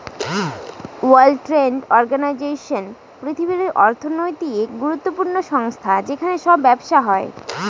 world trade organization পৃথিবীর অর্থনৈতিক গুরুত্বপূর্ণ সংস্থা যেখানে সব ব্যবসা হয়